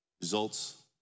results